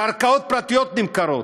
קרקעות פרטיות נמכרות.